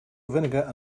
vinegar